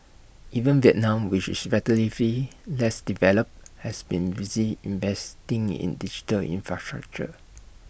even Vietnam which is relatively less developed has been busy investing in digital infrastructure